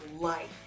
life